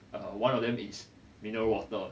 err one of them is mineral water